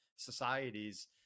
societies